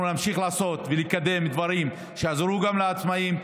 אנחנו נמשיך לעשות ולקדם דברים שיעזרו גם לעצמאים,